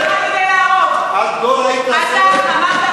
זה מה שאתה עושה.